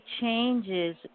changes